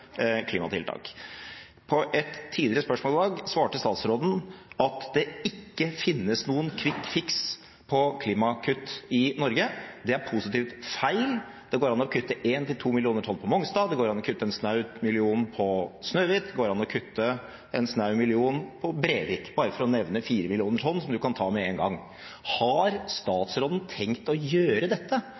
klimatiltak. På et tidligere spørsmål i dag svarte statsråden at det ikke finnes noen «quick fix» for klimakutt i Norge. Det er positivt feil. Det går an å kutte 1–2 millioner tonn på Mongstad, det går an å kutte en snau million på Snøhvit, det går an å kutte en snau million i Brevik – bare for å nevne 4 millioner tonn som en kan ta med én gang. Har statsråden tenkt å gjøre dette,